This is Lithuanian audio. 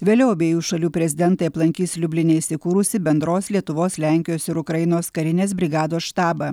vėliau abiejų šalių prezidentai aplankys liubline įsikūrusį bendros lietuvos lenkijos ir ukrainos karinės brigados štabą